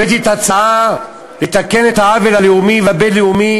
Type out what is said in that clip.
הבאתי את ההצעה לתקן את העוול הלאומי והבין-לאומי